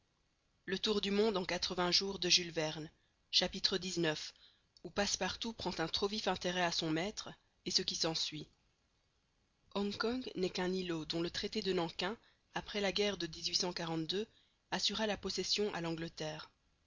xix où passepartout prend un trop vif intérêt a son maître et ce qui s'ensuit hong kong n'est qu'un îlot dont le traité de nanking après la guerre de assura la possession à l'angleterre